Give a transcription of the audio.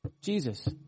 Jesus